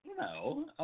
No